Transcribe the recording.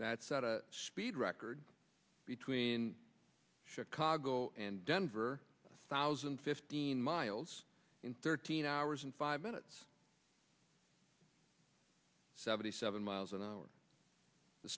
that set a speed record between chicago and denver thousand and fifteen miles in thirteen hours and five minutes seventy seven miles an hour the